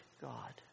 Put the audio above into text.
God